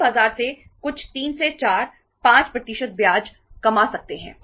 हम बाजार से कुछ 3 से 4 5 प्रतिशत ब्याज कमा सकते हैं